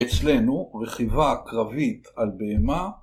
אצלנו רכיבה קרבית על בהמה